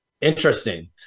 Interesting